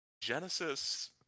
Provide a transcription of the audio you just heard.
Genesis